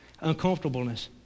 uncomfortableness